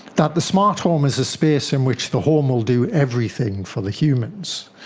that the smart home is a space in which the home will do everything for the humans.